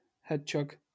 hedgehog